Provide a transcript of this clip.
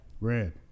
Red